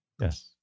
yes